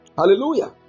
Hallelujah